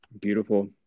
Beautiful